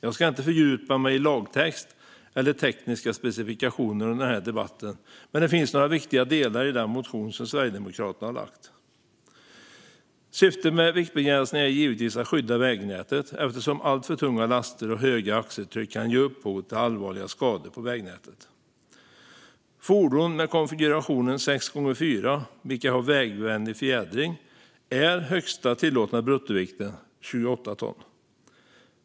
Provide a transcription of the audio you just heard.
Jag ska inte fördjupa mig i lagtext eller tekniska specifikationer under den här debatten, men det finns några viktiga delar i Sverigedemokraternas motion. Syftet med viktbegränsningar är givetvis att skydda vägnätet, eftersom alltför tunga laster och höga axeltryck kan ge upphov till allvarliga skador på vägnätet. För fordon med konfigurationen 6 × 4, vilka har vägvänlig fjädring, är högsta tillåtna bruttovikt 28 ton.